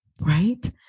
Right